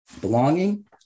Belonging